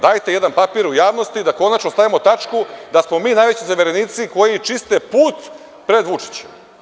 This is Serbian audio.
Dajte jedan papir u javnosti i da konačno stavimo tačku da smo mi najveći zaverenici koji čiste put pred Vučićem.